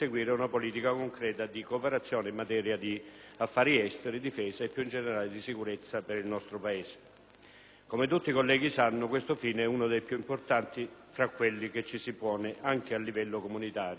Come tutti i colleghi sanno, questo fine è uno dei più importanti tra quelli che ci si pone anche a livello comunitario ma, nelle more di un maggiore, e da sempre da noi auspicato, rafforzamento della politica estera e di difesa a livello europeo,